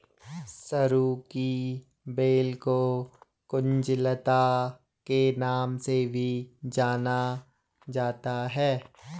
सरू की बेल को कुंज लता के नाम से भी जाना जाता है